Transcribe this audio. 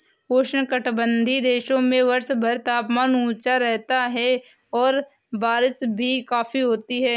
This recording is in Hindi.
उष्णकटिबंधीय देशों में वर्षभर तापमान ऊंचा रहता है और बारिश भी काफी होती है